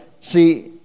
See